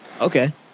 Okay